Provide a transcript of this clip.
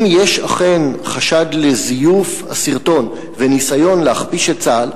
אם יש אכן חשד לזיוף הסרטון וניסיון להכפיש את צה"ל,